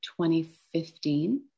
2015